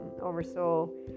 oversoul